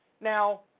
Now